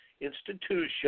institution